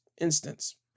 instance